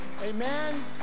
Amen